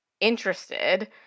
interested